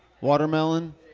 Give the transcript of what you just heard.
watermelon